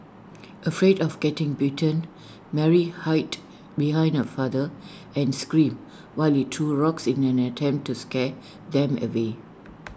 afraid of getting bitten Mary hid behind her father and screamed while he threw rocks in an attempt to scare them away